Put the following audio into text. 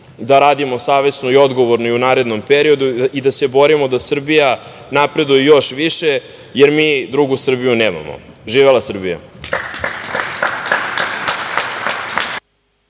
da radimo savesno i odgovorno i u narednom periodu i da se borimo da Srbija napreduje još više, jer mi drugu Srbiju nemamo. Živela Srbija!